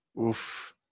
Oof